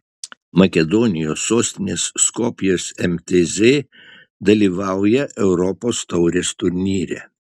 makedonijos sostinės skopjės mtz dalyvauja europos taurės turnyre